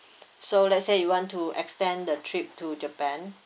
so let's say you want to extend the trip to japan